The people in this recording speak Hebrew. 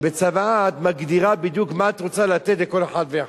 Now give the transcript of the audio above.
כשבצוואה את מגדירה בדיוק מה את רוצה לתת לכל אחד ואחד,